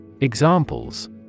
Examples